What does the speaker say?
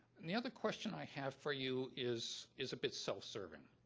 and the other question i have for you is is a bit self-serving.